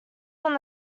from